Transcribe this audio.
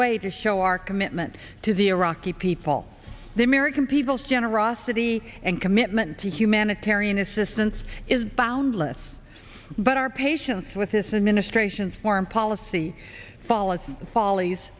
way to show our commitment to the iraqi people the american people's generosity and commitment to humanitarian assistance is boundless but our patience with this administration's foreign policy follows follies